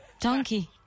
Donkey